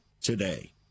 today